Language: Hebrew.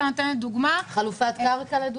חלופת קרקע.